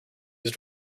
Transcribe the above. user